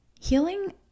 Healing